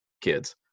kids